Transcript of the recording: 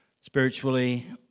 spiritually